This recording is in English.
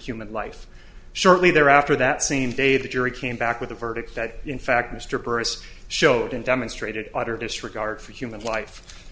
human life shortly thereafter that same day the jury came back with a verdict that in fact mr burris showed in demonstrated utter disregard for human life